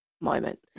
moment